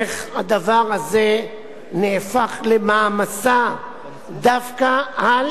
איך הדבר הזה נהפך למעמסה דווקא על